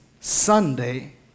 Sunday